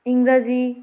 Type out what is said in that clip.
ইংরাজি